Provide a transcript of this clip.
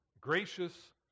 gracious